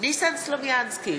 ניסן סלומינסקי,